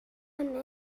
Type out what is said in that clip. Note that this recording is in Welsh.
hynny